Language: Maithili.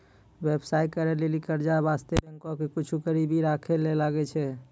व्यवसाय करै लेली कर्जा बासतें बैंको के कुछु गरीबी राखै ले लागै छै